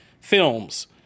films